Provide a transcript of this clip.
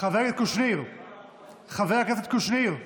חבר הכנסת קושניר,